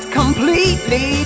completely